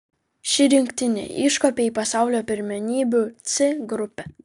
ši rinktinė iškopė į pasaulio pirmenybių c grupę